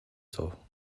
суув